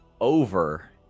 over